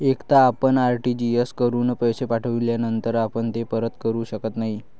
एकदा आपण आर.टी.जी.एस कडून पैसे पाठविल्यानंतर आपण ते परत करू शकत नाही